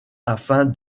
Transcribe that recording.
afin